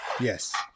Yes